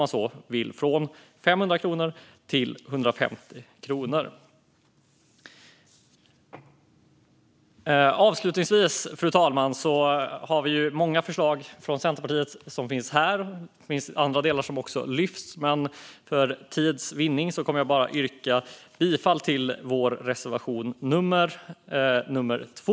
Avgiften sänks från 500 kronor till 150 kronor. Fru talman! Centerpartiet har många förslag i betänkandet. Det finns andra delar att lyfta fram, men för tids vinnande yrkar jag bifall endast till vår reservation nummer 2.